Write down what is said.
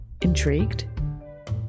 Intrigued